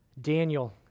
Daniel